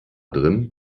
drin